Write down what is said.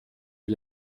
est